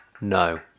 no